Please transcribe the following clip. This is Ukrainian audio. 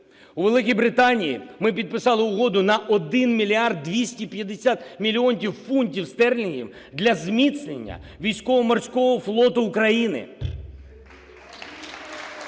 У Великій Британії ми підписали угоду на 1 мільярд 250 мільйонів фунтів стерлінгів для зміцнення військово-морського флоту України.